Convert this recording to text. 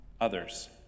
others